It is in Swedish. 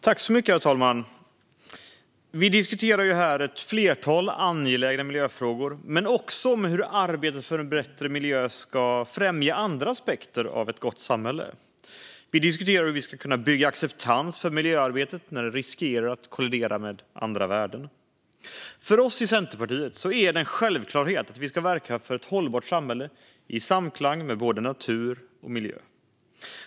Herr talman! Vi diskuterar här ett flertal angelägna miljöfrågor men också frågor om hur arbetet för en bättre miljö ska främja andra aspekter av ett gott samhälle. Vi diskuterar hur vi ska kunna bygga acceptans för miljöarbetet när det riskerar att kollidera med andra värden. För oss i Centerpartiet är det en självklarhet att vi ska verka för ett hållbart samhälle i samklang med natur och miljö.